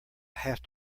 have